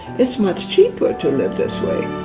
it's much cheaper to live this way.